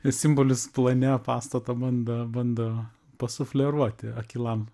simbolius plane pastato bando bando pasufleruoti akylam